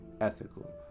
ethical